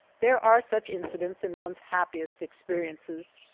there are such incidents in one's happiest experiences,